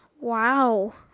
wow